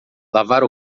lavar